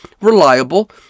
reliable